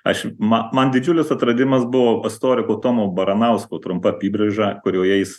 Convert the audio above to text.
aš man man didžiulis atradimas buvo istoriko tomo baranausko trumpa apybraiža kurioje jis